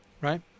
right